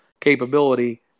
capability